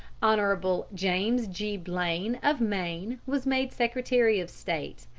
hon james g. blaine, of maine, was made secretary of state,